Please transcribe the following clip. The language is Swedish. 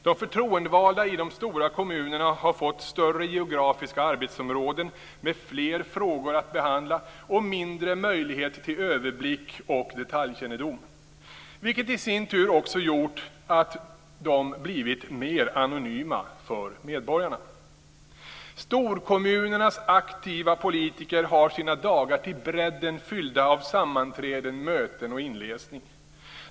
De förtroendevalda i de stora kommunerna har fått större geografiska arbetsområden med fler frågor att behandla och mindre möjlighet till överblick och detaljkännedom, vilket i sin tur gjort att de blivit mer anonyma för medborgarna. Storkommunernas aktiva politiker har sina dagar till brädden fyllda av sammanträden, möten och inläsning.